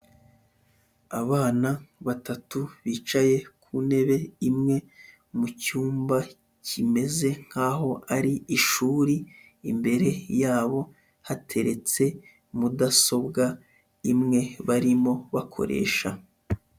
Abana batatu bicaye ku ntebe imwe mu cyumba kimeze nkaho ari ishuri, imbere yabo hateretse mudasobwa imwe barimo bakoresha.